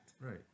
Right